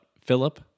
Philip